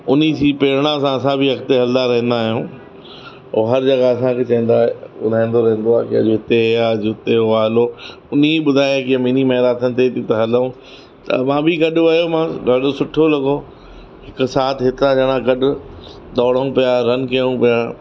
उन जी प्रेरणा सां असां बि अॻिते हलंदा रहंदा आहियूं उहो हर जॻहि असांखे चवंदा ॿुधाईंदो रहंदो आहे कि अॼु हुते हीउ आहे अॼु हुते हू आहे उन ॿुधाए कि मिनी मैराथन थिए थी त हलऊं त मां बि गॾु वियुमि ॾाढो सुठो लॻो हिकु साथ हेतिरा ॼणा गॾु दौड़ऊं पिया रन कयऊं पिया